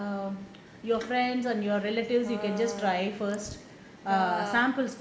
err your friends or your relatives you can just try first err samples